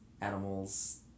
animals